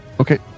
Okay